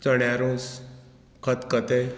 चण्या रोस खतखतें